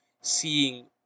seeing